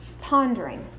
pondering